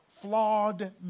flawed